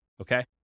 Okay